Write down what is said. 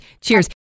Cheers